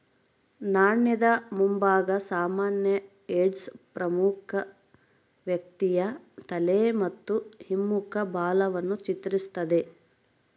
ನಾಣ್ಯದ ಮುಂಭಾಗ ಸಾಮಾನ್ಯ ಹೆಡ್ಸ್ ಪ್ರಮುಖ ವ್ಯಕ್ತಿಯ ತಲೆ ಮತ್ತು ಹಿಮ್ಮುಖ ಬಾಲವನ್ನು ಚಿತ್ರಿಸ್ತತೆ